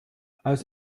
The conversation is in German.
aus